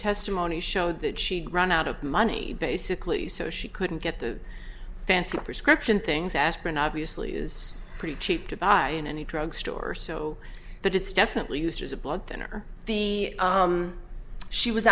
testimony showed that she'd run out of money basically so she couldn't get the fancy prescription things aspirin obviously is pretty cheap to buy in any drug store so but it's definitely used as a blood thinner the she was